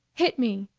hit me!